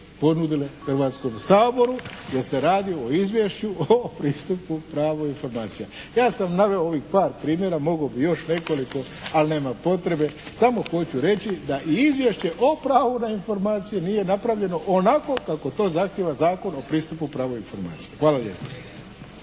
ponudile Hrvatskom saboru, jer se radi o izvješću o pristupu pravu informacija. Ja sam naveo ovih par primjera, mogao bi još nekoliko ali nema potrebe. Samo hoću reći da i Izvješće o pravu na informacije nije napravljeno onako kako to zahtjeva Zakon o pristupu pravu informacijama. Hvala lijepo.